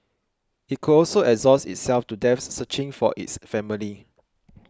it could also exhaust itself to death searching for its family